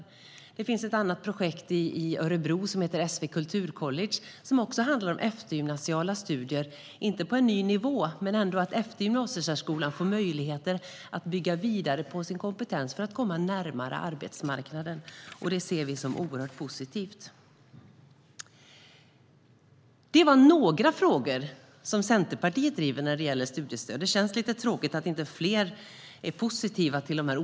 I Örebro finns ett annat projekt, SV Kulturcollege, som också handlar om eftergymnasiala studier - inte på en ny nivå men som ger människor möjlighet att efter gymnasiesärskolan bygga vidare på sin kompetens för att komma närmare arbetsmarknaden. Detta ser vi som mycket positivt. Det här var några frågor som Centerpartiet driver när det gäller studiestöd. Det känns lite tråkigt att inte fler är positiva till detta.